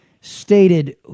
stated